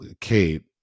Kate